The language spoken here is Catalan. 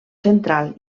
central